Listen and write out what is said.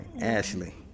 Ashley